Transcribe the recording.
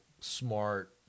smart